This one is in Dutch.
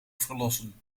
verlossen